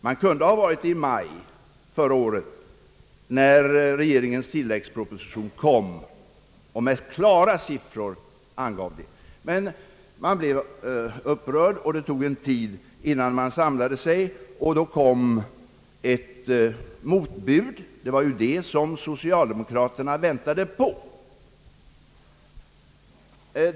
Man kunde ha varit det i maj förra året, när regeringens tilläggsproposition kom och med klara siffror angav det. Men man blev upprörd och det tog en tid innan man samlade sig. Då kom ett motbud — det var ju det som socialdemokraterna väntade på.